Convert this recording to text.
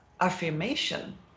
affirmation